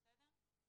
אני ממשיכה בקריאה: